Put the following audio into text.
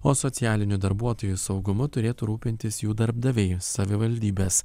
o socialinių darbuotojų saugumu turėtų rūpintis jų darbdaviai savivaldybės